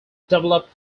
developed